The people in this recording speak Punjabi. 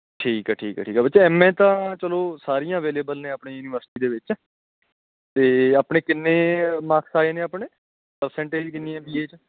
ਠੀਕ ਹੈ ਠੀਕ ਹੈ ਠੀਕ ਹੈ ਬੱਚੇ ਐੱਮਏ ਤਾਂ ਚਲੋ ਸਾਰੀਆਂ ਅਵੇਲੇਬਲ ਨੇ ਆਪਣੀ ਯੂਨੀਵਰਸਿਟੀ ਦੇ ਵਿੱਚ ਅਤੇ ਆਪਣੇ ਕਿੰਨੇ ਮਾਕਸ ਆਏ ਨੇ ਆਪਣੇ ਪ੍ਰਸੈਂਟੇਜ ਕਿੰਨੀ ਹੈ ਬੀਏ 'ਚ